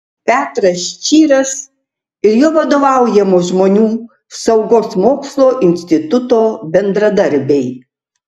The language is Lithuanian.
petras čyras ir jo vadovaujamo žmonių saugos mokslo instituto bendradarbiai